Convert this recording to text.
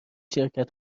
شرکت